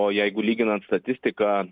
o jeigu lyginant statistiką